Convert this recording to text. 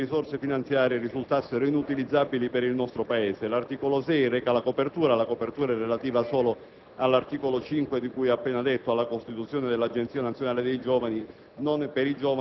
che alcune risorse finanziarie risultassero inutilizzabili per il nostro Paese. L'articolo 6 reca la copertura, che è relativa al solo articolo 5 di cui appena detto e che si riferisce alla costituzione dell'Agenzia nazionale per i giovani,